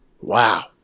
Wow